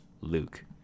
Luke